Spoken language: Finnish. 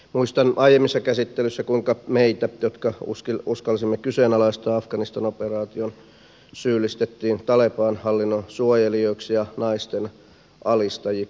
muistan kuinka aiemmissa käsittelyissä meitä jotka uskalsimme kyseenalaistaa afganistan operaation syyllistettiin taleban hallinnon suojelijoiksi ja naisten alistajiksi